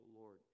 lord